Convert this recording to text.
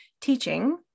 teaching